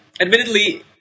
admittedly